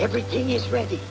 everything is ready